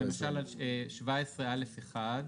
17א1,